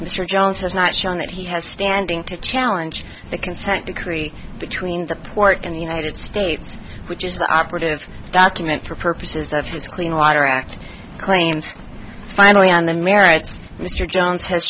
mr jones has not shown that he has standing to challenge the consent decree between the port and the united states which is the operative document for purposes of his clean water act claims finally on the merits mr jones has